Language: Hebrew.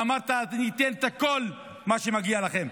ואמרת: ניתן את כל מה שמגיע לכם.